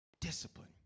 Discipline